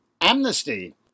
amnesty